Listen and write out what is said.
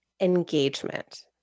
engagement